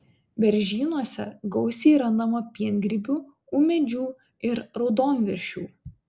beržynuose gausiai randama piengrybių ūmėdžių ir raudonviršių